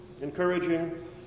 encouraging